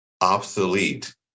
obsolete